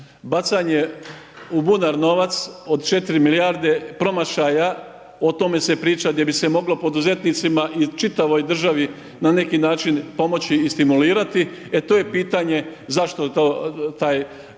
Bacanje u bunar novac od 4 milijarde promašaja, o tome se priča gdje bi se moglo poduzetnicima i čitavoj državi na neki način pomoći i stimulirati, e to je pitanje zašto sam to